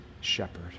shepherd